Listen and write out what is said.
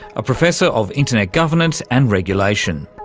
a professor of internet governance and regulation.